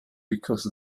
because